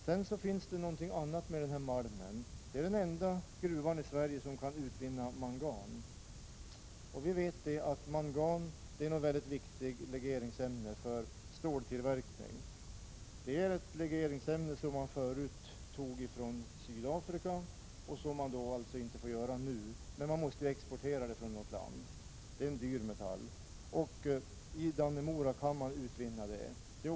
Det är också någonting annat med den här malmen — det här är den enda gruva i Sverige där man kan utvinna mangan. Mangan är ett mycket viktigt legeringsämne för ståltillverkning. Det är ett legeringsämne som man tidigare tog från Sydafrika, vilket man alltså inte får göra nu, men man måste ju importera det från något land. Det är en dyr metall. I Dannemora kan man utvinna den.